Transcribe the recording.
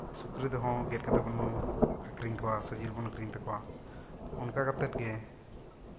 ᱥᱩᱠᱨᱤ ᱦᱚᱸ ᱜᱮᱫ ᱠᱟᱛᱮᱫ ᱵᱚᱱ ᱟᱹᱠᱷᱨᱤᱧ ᱠᱚᱣᱟ ᱥᱮ ᱡᱤᱞ ᱵᱚᱱ ᱟᱹᱠᱷᱨᱤᱧ ᱛᱟᱠᱚᱣᱟ ᱚᱱᱠᱟ ᱠᱟᱛᱮᱫ ᱜᱮ